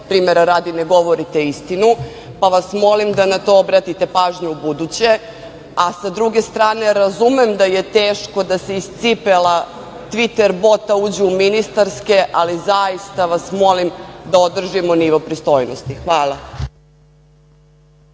primera radi – ne govorite istinu, pa vas molim da na to obratite pažnju ubuduće. Sa druge strane, razumem da je teško da se iz cipela Tviter bota uđe u ministarske, ali zaista vas molim da održimo nivo pristojnosti. Hvala.